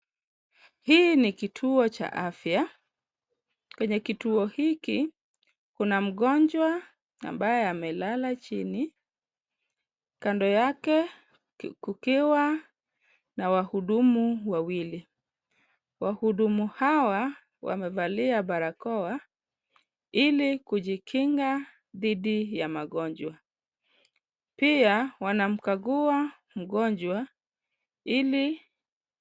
Hii ni kituo cha afya, kwenye kituo hiki kuna mgonjwa ambaye amelala chini, kando yake kukiwa na wahudumu wawili. Wahudumu hawa wamevalia barakoa ili kujikinga dhidi ya magonjwa. Pia wanamkagua mgonjwa ili.